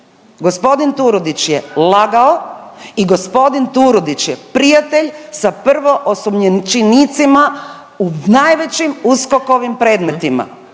G. Turudić je lagao i g. Turudić je prijatelj sa prvoosumnjičenicima u najvećim USKOK-ovim predmetima.